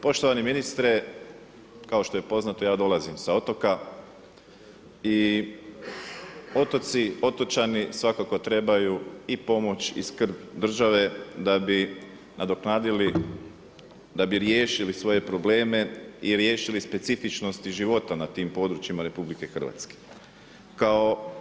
Poštovani ministre kao što je poznato ja dolazim sa otoka i otoci, otočani svakako trebaju i pomoć i skrb države da bi nadoknadili, da bi riješili svoje probleme i riješili specifičnosti života na tim područjima Republike Hrvatske.